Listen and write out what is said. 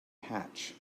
hatch